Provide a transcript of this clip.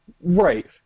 right